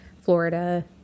Florida